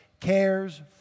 cares